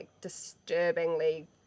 disturbingly